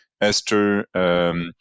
esther